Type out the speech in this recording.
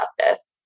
justice